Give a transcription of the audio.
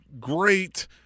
great